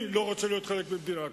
אני לא רוצה להיות חלק ממדינה כזאת,